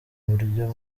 uburyo